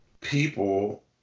people